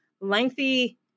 lengthy